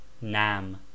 nam